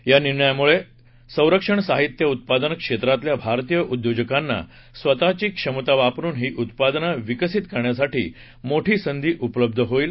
या निर्णयामुळे संरक्षण साहित्य उत्पादन क्षेत्रातल्या भारतीय उद्योजकांना स्वतःची क्षमता वापरुन ही उत्पादनं विकसित करण्याची मोठी संधी उपलब्ध होईल